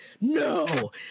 No